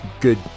good